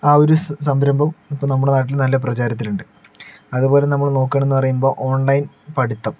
ആ ഒരു സ് സംരംഭം ഇപ്പോൾ നമ്മുടെ നാട്ടിൽ നല്ല പ്രചാരത്തിൽ ഉണ്ട് അതുപോലെ നമ്മൾ നോക്കുകയാണെന്നു പറയുമ്പോൾ ഓൺലൈൻ പഠിത്തം